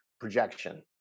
projection